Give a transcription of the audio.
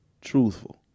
truthful